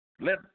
Let